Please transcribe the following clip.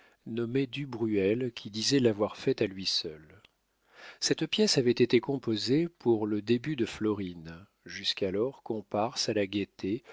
nommé du bruel qui disait l'avoir faite à lui seul cette pièce avait été composée pour le début de florine jusqu'alors comparse à la gaîté